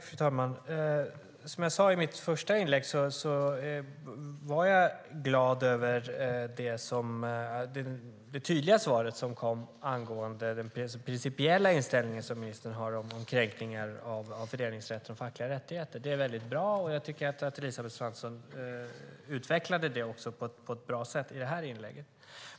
Fru talman! Som jag sade i mitt första inlägg är jag glad över det tydliga svar som kom angående den principiella inställning som ministern har till kränkningar av föreningsrätt och fackliga rättigheter. Det är bra, och jag tycker att Elisabeth Svantesson utvecklade det på ett bra sätt i sitt senaste inlägg.